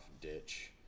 ditch